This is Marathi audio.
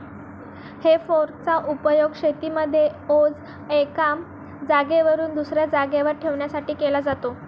हे फोर्क चा उपयोग शेतीमध्ये ओझ एका जागेवरून दुसऱ्या जागेवर ठेवण्यासाठी केला जातो